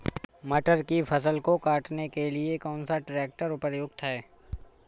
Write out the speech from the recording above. मटर की फसल को काटने के लिए कौन सा ट्रैक्टर उपयुक्त है?